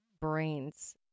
brains